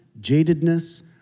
jadedness